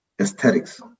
aesthetics